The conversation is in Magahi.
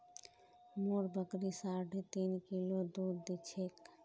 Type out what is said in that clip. मोर बकरी साढ़े तीन किलो दूध दी छेक